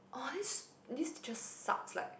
oh this this just sucks like